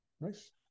Nice